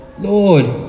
Lord